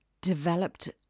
developed